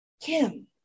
Kim